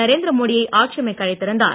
நரேந்திரமோடியை ஆட்சி அமைக்க அழைத்திருத்தார்